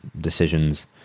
decisions